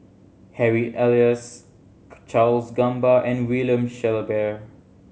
Harry Elias Charles Gamba and William Shellabear